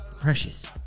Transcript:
Precious